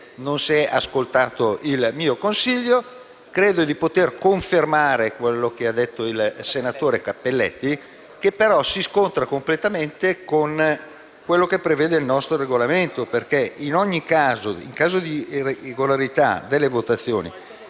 non è stato ascoltato il mio consiglio. Credo di poter confermare quello che ha detto il senatore Cappelletti, che però si scontra completamente con quello che prevede il nostro Regolamento. In caso di irregolarità delle votazioni,